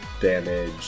damage